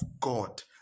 God